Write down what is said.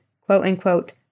quote-unquote